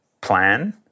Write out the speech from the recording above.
Plan